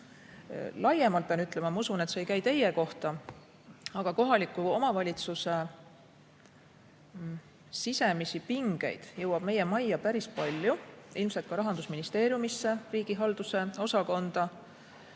Üldisemalt pean ütlema – ma usun, et see ei käi teie kohta –, et kohaliku omavalitsuse sisemisi pingeid jõuab meie majja päris palju, ilmselt ka Rahandusministeeriumisse riigihalduse osakonda.